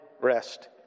rest